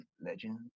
Legend